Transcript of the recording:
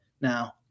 now